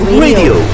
radio